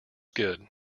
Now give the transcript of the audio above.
good